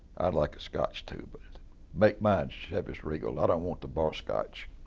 i'd like a scotch too, but make mine chivas regal. i don't want the bar scotch,